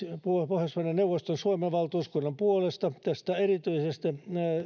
pohjoismaiden neuvoston suomen valtuuskunnan puolesta erityisesti